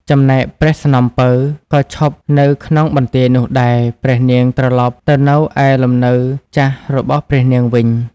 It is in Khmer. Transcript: ចំណែកព្រះស្នំពៅ ក៏ឈប់នៅក្នុងបន្ទាយនោះដែរ ព្រះនាងត្រឡប់ទៅនៅឯលំនៅចាស់របស់ព្រះនាងវិញ ។